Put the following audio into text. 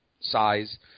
size